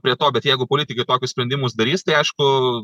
prie to bet jeigu politikai tokius sprendimus darys tai aišku